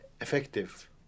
effective